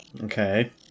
Okay